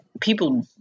People